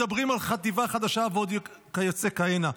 מדברים על 'חטיבה חדשה' ועוד כיוצא בהנה.